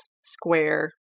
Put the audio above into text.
square